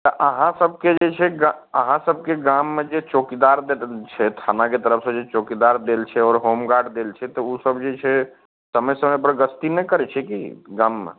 तऽ अहाँसभके जे छै अहाँसभके गाममे जे चौकीदार छै थानाके तरफसे जे चौकीदार देल छै आओर होमगार्ड देल छै तऽ ओसभ जे छै समय समयपर गस्ती नहि करै छै कि गाममे